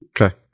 Okay